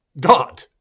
God